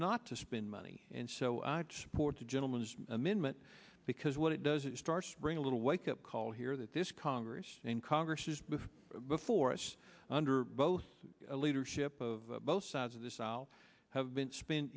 not to spend money and so i support the gentleman's amendment because what it does it starts bring a little wake up call here that this congress in congress has before us under both the leadership of both sides of this i'll have been spent